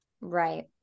Right